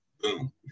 Boom